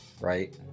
right